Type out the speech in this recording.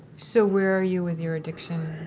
so where are you with your addiction